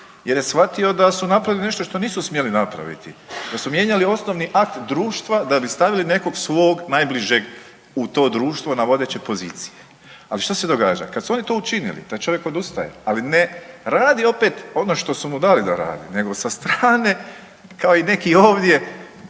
jer je shvatio da su napravili nešto što nisu smjeli napraviti, da su mijenjali osnovni akt društva da bi stavili nekog svog najbližeg u to društvo na vodeće pozicije. Ali što se događa? Kad su oni to učinili, taj čovjek odustaje, ali ne radi opet ono što su mu dali da radi nego sa strane kao i neki ovdje